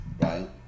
right